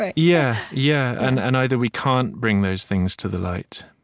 ah yeah, yeah, and and either we can't bring those things to the light,